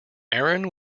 aaron